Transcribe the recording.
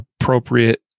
appropriate